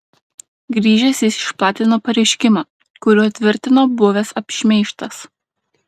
grįžęs jis išplatino pareiškimą kuriuo tvirtino buvęs apšmeižtas